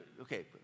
Okay